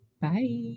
Bye